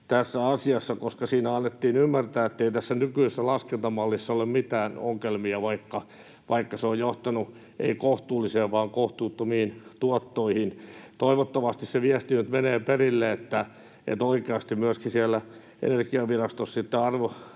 koska siinä annettiin ymmärtää, ettei tässä nykyisessä laskentamallissa ole mitään ongelmia, vaikka se on johtanut ei kohtuullisiin vaan kohtuuttomiin tuottoihin. Toivottavasti se viesti nyt menee perille, että oikeasti myöskin siellä Energiavirastossa sitten